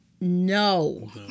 No